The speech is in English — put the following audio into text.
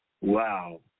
Wow